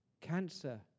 cancer